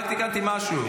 רק תיקנתי משהו.